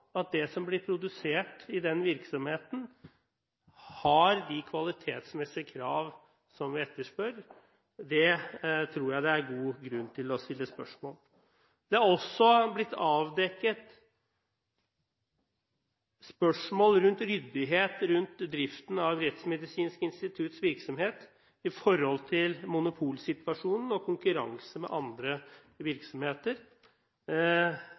at det som blir produsert i den virksomheten, har de kvalitetsmessige krav som vi etterspør? Det tror jeg det er god grunn til å stille spørsmål om. Det er også blitt avdekket spørsmål rundt ryddighet i driften av Rettsmedisinsk institutts virksomhet i forhold til monopolsituasjonen og konkurranse med andre virksomheter